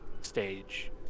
stage